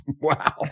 Wow